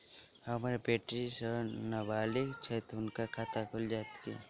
हम्मर बेटी जेँ नबालिग छथि हुनक खाता खुलि जाइत की?